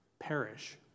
Perish